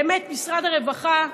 משרד הרווחה,